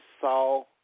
saw